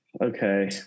Okay